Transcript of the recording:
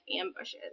ambushes